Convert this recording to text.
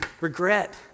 regret